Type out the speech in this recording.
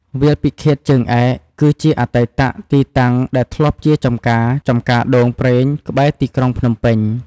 វាលពិឃាតជើងឯក គឺជាអតីតទីតាំងដែលធ្លាប់ជាចំការចម្ការដូងប្រេងក្បែរទីក្រុងភ្នំពេញ។